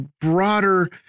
broader